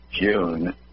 June